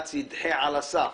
שבג"ץ ידחה את הסף.